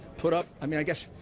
put up i mean, i guess,